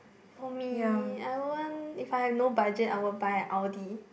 for me I want if I have no budget I would buy an audi